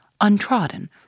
untrodden